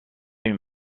une